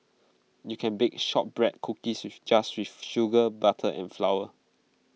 you can bake Shortbread Cookies with just with sugar butter and flour